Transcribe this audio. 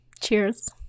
Cheers